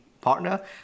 partner